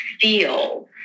feel